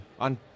on